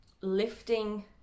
lifting